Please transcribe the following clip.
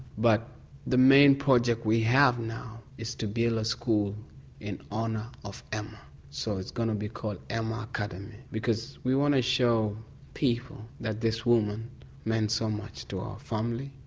but the main project we have now is to build a school in honour of emma so it's going to be called emma academy, because we want to show people that this woman meant so much to our family,